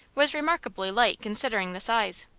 was remarkably light considering the size.